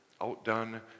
outdone